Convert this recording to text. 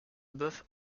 bœuf